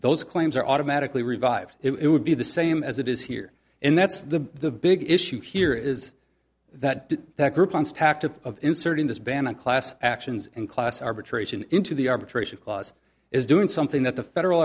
those claims are automatically revived it would be the same as it is here and that's the the big issue here is that that group on stacked up of inserting this ban on class actions and class arbitration into the arbitration clause is doing something that the federal